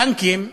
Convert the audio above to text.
הבנקים,